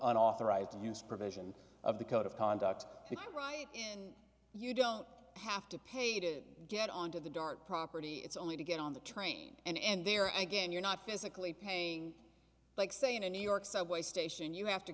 unauthorized use provision of the code of conduct right and you don't have to pay to get onto the dart property it's only to get on the train and there and again you're not physically paying like say in a new york subway station you have to